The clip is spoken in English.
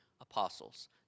apostles